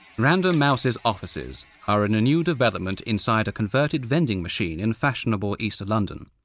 random mouse's offices are in a new development inside a converted vending machine in fashionable east london.